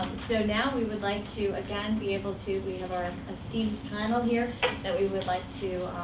so now, we would like to, again, be able to we have our esteemed panel here, that we would like to